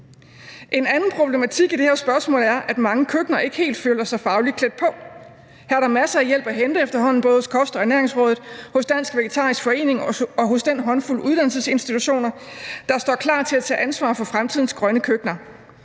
En anden problematik i det her spørgsmål er, at mange køkkener ikke helt føler sig fagligt klædt på. Her er der efterhånden masser af hjælp at hente, både hos Kost- og Ernæringsrådet, hos Dansk Vegetarisk Forening og hos den håndfuld uddannelsesinstitutioner, der står klar til at tage ansvar for fremtidens grønne køkkener.